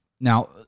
Now